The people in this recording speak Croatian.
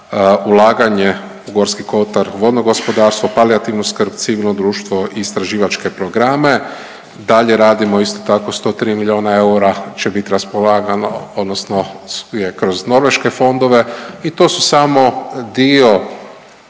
ulaganje u Gorski kotar u vodno gospodarstvo, u palijativnu skrb, civilno društvo i istraživačke programe. Dalje radimo isto tako 103 milijuna eura će biti raspolagano odnosno je kroz norveške fondove i to su samo dio